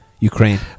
Ukraine